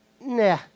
nah